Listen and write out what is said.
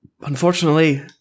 unfortunately